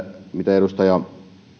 edustaja